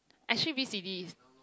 actually a V_C_D is